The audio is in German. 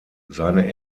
seine